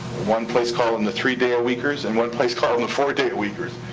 one place called em the three-day-a-weekers, and one place called em the four-day-a-weekers.